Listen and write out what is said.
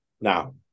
Now